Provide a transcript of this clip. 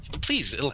please